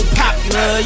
popular